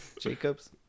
Jacobs